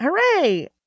hooray